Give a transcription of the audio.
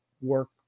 work